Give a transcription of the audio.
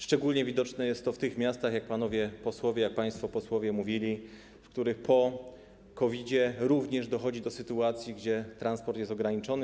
Szczególnie widoczne jest to w tych miastach, jak panowie posłowie, państwo posłowie mówili, w których po COVID-zie również dochodzi do sytuacji, gdy transport jest ograniczony.